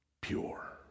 pure